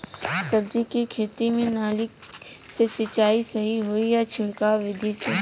सब्जी के खेती में नाली से सिचाई सही होई या छिड़काव बिधि से?